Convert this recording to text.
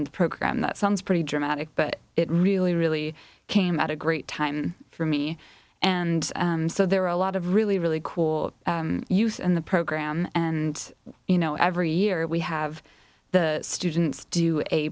in the program that sounds pretty dramatic but it really really came at a great time for me and so there are a lot of really really cool youth in the program and you know every year we have the students do a